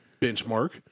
benchmark